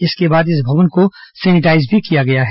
इसके बाद इस भवन को सेनिटाईज भी किया गया है